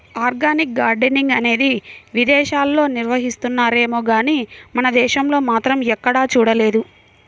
organic gardening అనేది విదేశాల్లో నిర్వహిస్తున్నారేమో గానీ మన దేశంలో మాత్రం ఎక్కడా చూడలేదు